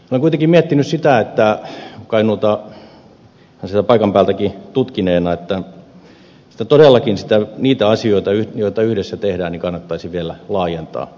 olen kuitenkin miettinyt kainuuta sieltä paikan päältäkin tutkineena että todellakin niitä asioita joita yhdessä tehdään kannattaisi vielä laajentaa